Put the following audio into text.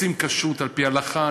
רוצים כשרות על-פי ההלכה,